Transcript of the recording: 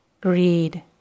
greed